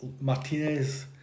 Martinez